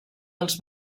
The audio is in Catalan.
els